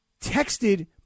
texted